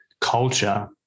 culture